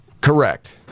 Correct